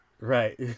right